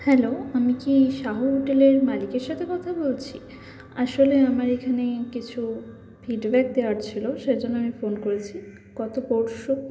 hello আমি কি সাহু হোটেলের মালিকের সাথে কথা বলছি আসলে আমার এখানে কিছু ফিডব্যাক দেওয়ার ছিলো সেজন্য আমি ফোন করেছি গত পরশু